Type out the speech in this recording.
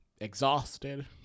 exhausted